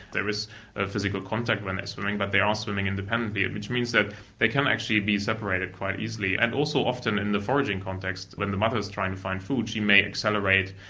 there is ah physical contact when they're swimming but they are swimming independently, which means that they can actually be separated quite easily. and also often in the foraging context, when the mother is trying to find food she may accelerate,